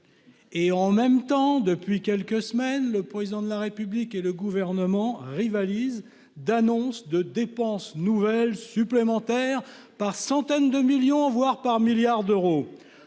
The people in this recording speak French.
Et en même temps depuis quelques semaines, le président de la République et le gouvernement rivalisent d'annonces de dépenses nouvelles supplémentaires par centaines de millions, voire par milliards d'euros,